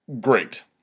Great